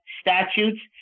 statutes